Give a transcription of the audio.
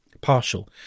partial